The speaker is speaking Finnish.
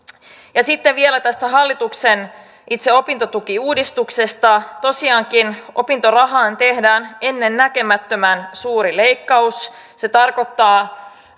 ja sitten vielä tästä hallituksen itse opintotukiuudistuksesta tosiaankin opintorahaan tehdään ennennäkemättömän suuri leikkaus se tarkoittaa yksittäisen